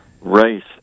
race